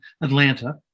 Atlanta